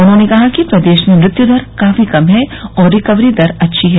उन्होंने कहा कि प्रदेश में मृत्युदर काफी कम है और रिकवरी दर अच्छी है